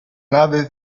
nave